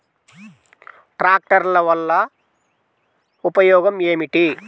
ట్రాక్టర్ల వల్ల ఉపయోగం ఏమిటీ?